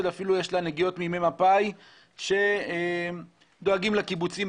יש לה נגיעות עוד מימי מפא"י שדואגים לקיבוצים,